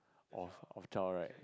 of of child right